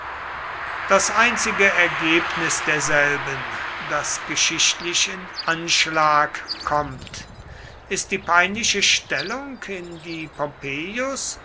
das einzige ergebnis derselben das geschichtlich in anschlag kommt ist die peinliche stellung in die